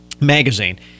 magazine